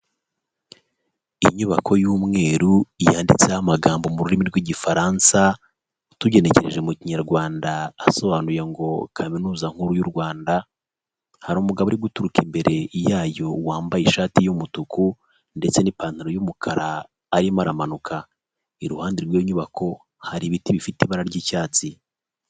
Inyubako y'umweru yanditseho amagambo mu rurimi rw'igifaransa, tugenekereje mu kinyarwanda asobanuye ngo kaminuza nkuru y'u Rwanda, hari umugabo uri guturuka imbere yayo, wambaye ishati y'umutuku ndetse n'ipantaro y'umukara, arimo aramanuka, iruhande rw'iyo nyubako, hari ibiti bifite ibara ry'icyatsi.